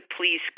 please